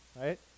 right